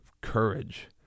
courage